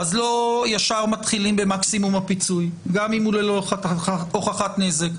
אז לא ישר מתחילים במקסימום הפיצוי גם אם הוא ללא הוכחת נזק.